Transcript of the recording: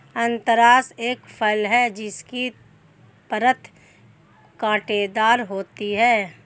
अनन्नास एक फल है जिसकी परत कांटेदार होती है